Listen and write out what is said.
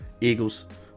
eagles